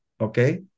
okay